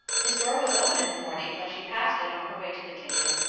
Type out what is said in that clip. his door was open in the morning when she passed it on her way to the kitchen,